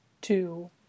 two